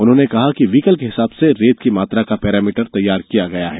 उन्होंने कहा कि वीकल के हिसाब से रेत की मात्रा का पैरामीटर तैयार किया गया है